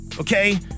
okay